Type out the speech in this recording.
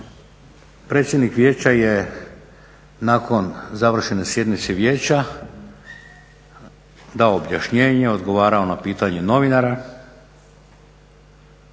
predsjednik vijeća je nakon završene sjednice vijeća dao objašnjenje, odgovarao na pitanje novinara